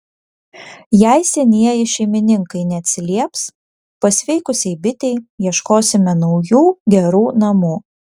jei senieji šeimininkai neatsilieps pasveikusiai bitei ieškosime naujų gerų namų